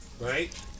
right